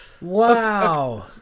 Wow